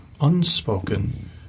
unspoken